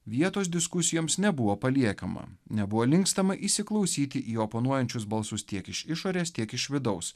vietos diskusijoms nebuvo paliekama nebuvo linkstama įsiklausyti į oponuojančius balsus tiek iš išorės tiek iš vidaus